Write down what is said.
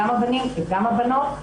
גם הבנים וגם הבנות,